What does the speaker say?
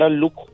look